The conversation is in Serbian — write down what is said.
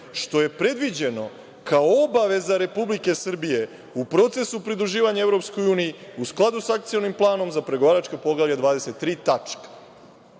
što je predviđeno kao obaveza Republike Srbije u procesu pridruživanja EU, u skladu sa Akcionim planom za pregovaračko Poglavlje 23.